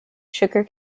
sugar